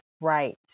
right